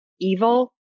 evil